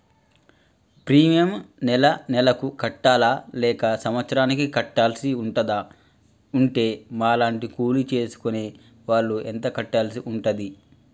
Premium నెల నెలకు కట్టాలా లేక సంవత్సరానికి కట్టాల్సి ఉంటదా? ఉంటే మా లాంటి కూలి చేసుకునే వాళ్లు ఎంత కట్టాల్సి ఉంటది?